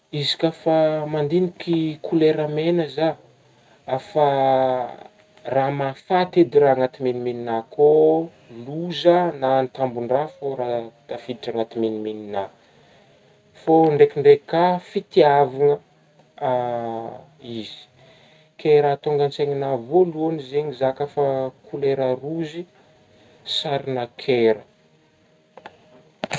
Izy ka fa mandigniky kolera mena zah afa raha mahafaty edy raha agnaty menimeninah akô loza na atambon-draha fô raha tafiditra agnaty menimeninah ,fô ndraikindraiky ka fitiavagna izy, ke raha tônga an-tsaignanah voalohany zegny za ka fa kolera rouge sarigna coeur a.